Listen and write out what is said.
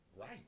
right